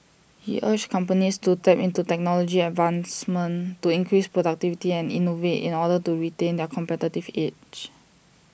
he urged companies to tap into technology advancements to increase productivity and innovate in order to retain their competitive age